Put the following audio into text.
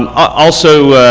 um ah also,